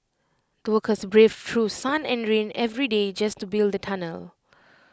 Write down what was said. the workers braved through sun and rain every day just to build the tunnel